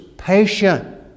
patient